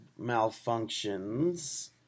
malfunctions